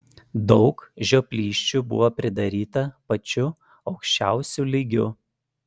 daug žioplysčių buvo pridaryta pačiu aukščiausiu lygiu